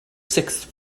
sixth